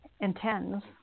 intends